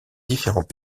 différents